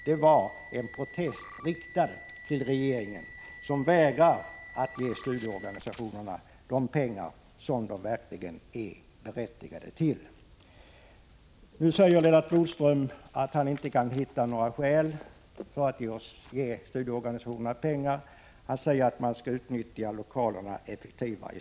Det var en protest riktad till regeringen, som vägrar att ge studieorganisationerna de pengar som de verkligen är berättigade till. Nu säger Lennart Bodström att han inte kan hitta några skäl för att ge studieorganisationerna pengar. Han säger att man skall utnyttja lokalerna effektivare.